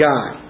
God